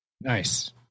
Nice